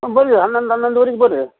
ಬರ್ರಿ ಹನ್ನೊಂದು ಹನ್ನೊಂದುವರೆಗೆ ಬರ್ರಿ